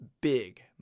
big